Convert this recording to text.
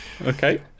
Okay